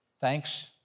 Thanks